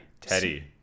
Teddy